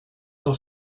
del